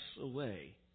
away